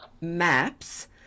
maps